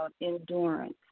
endurance